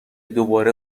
دوباره